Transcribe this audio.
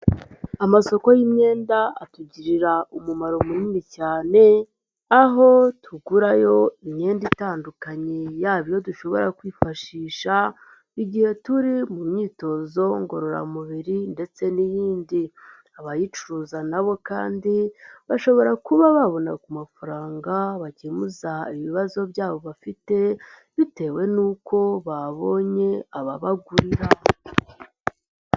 Amasoko y'imyenda atugirira umumaro munini cyane, aho tugurayo imyenda itandukanye yaba iyo dushobora kwifashisha igihe turi mu myitozo ngororamubiri ndetse n'iyindi, abayicuruza na bo kandi bashobora kuba babona ku mafaranga bakemuza ibibazo byabo bafite bitewe nuko babonye ababagurira.